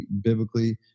biblically